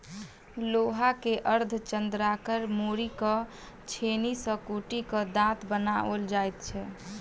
लोहा के अर्धचन्द्राकार मोड़ि क छेनी सॅ कुटि क दाँत बनाओल जाइत छै